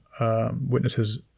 witnesses